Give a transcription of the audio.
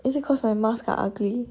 is it cause my masks are ugly